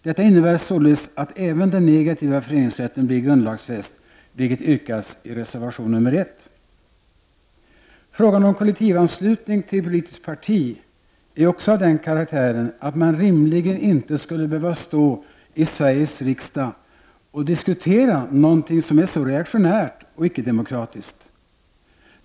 Detta innebär således att även den negativa föreningsrätten blir grundlagsfäst, vilket yrkas i reservation nr 1. Frågan om kollektivanslutning till politiskt parti är också av den karaktären, att man rimligen inte skulle behöva stå i Sveriges riksdag och diskutera något som är så reaktionärt och icke-demokratiskt.